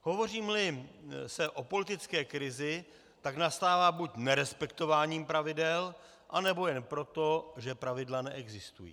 Hovořímeli o politické krizi, tak nastává buď nerespektováním pravidel, anebo jen proto, že pravidla neexistují.